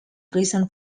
prison